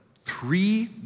three